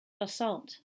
assault